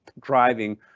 driving